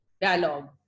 dialogue